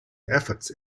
efforts